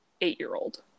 eight-year-old